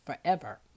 forever